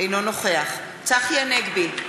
אינו נוכח צחי הנגבי,